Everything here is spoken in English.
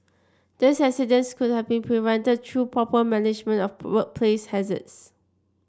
these accidents could have been prevented through proper management of workplace hazards